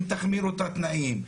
אם תחמירו את התנאים,